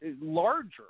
larger